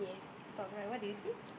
top right what do you see